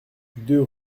deux